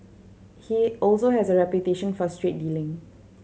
he also has a reputation for straight dealing